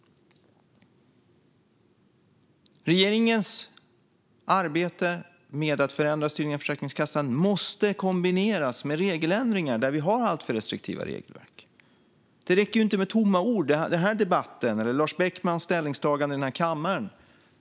Regeringens arbete med att förändra styrningen av Försäkringskassan måste kombineras med regeländringar där vi har alltför restriktiva regelverk. Det räcker inte med tomma ord, med den här debatten eller med Lars Beckmans ställningstaganden i den här kammaren.